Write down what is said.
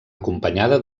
acompanyada